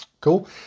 Cool